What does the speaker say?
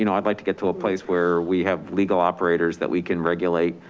you know i'd like to get to a place where we have legal operators that we can regulate,